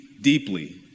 deeply